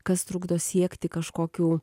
kas trukdo siekti kažkokių